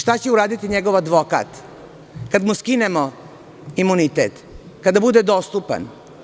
Šta će uraditi njegov advokat kada mu skinemo imunitet, kada bude dostupan?